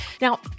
Now